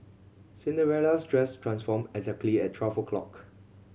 Cinderella's dress transformed exactly at twelve o'clock